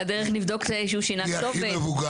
על הדרך נבדוק שהוא שינה כתובת,